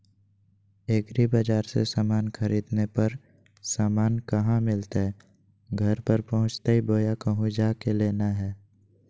एग्रीबाजार से समान खरीदे पर समान कहा मिलतैय घर पर पहुँचतई बोया कहु जा के लेना है?